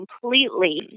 completely